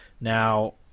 Now